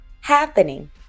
happening